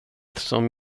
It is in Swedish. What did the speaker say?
som